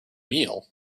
meal